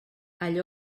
allò